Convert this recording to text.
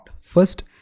first